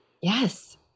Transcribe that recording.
Yes